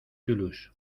toulouse